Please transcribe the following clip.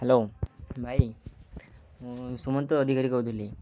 hello ଭାଇ ମୁଁ ସୁମନ୍ତ ଅଧିକାରୀ କହୁଥିଲି